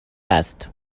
است